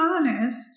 honest